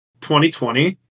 2020